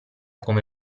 come